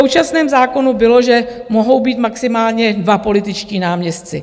V současném zákonu bylo, že mohou být maximálně dva političtí náměstci.